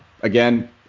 again